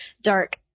dark